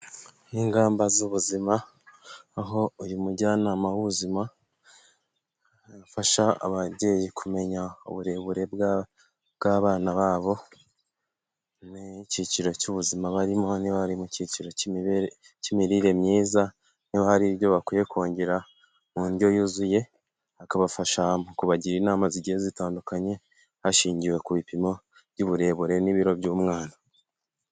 Ni ingamba z'ubuzima aho uyu mujyanama w'ubuzima afasha ababyeyi kumenya uburebure bw'abana babo nicyiciro cy'ubuzima barimo ni icyiciro cy'imirire myiza niho hari ibyo bakwiye kongera mu ndyo yuzuye bikabafasha mu kubagira inama zigiye zitandukanye hashingiwe ku bipimo by'uburebure n'ibiro by'umwana.